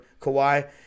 Kawhi